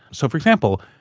so, for example,